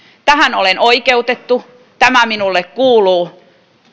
tähän olen oikeutettu tämä minulle kuuluu